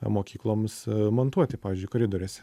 mokykloms montuoti pavyzdžiui koridoriuose